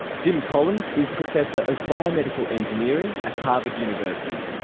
jim collins is professor of biomedical engineering at harvard university.